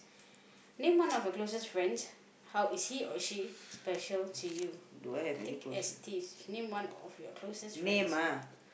name one of your closest friends how is he or she special to you thick as thieves name one of your closest friend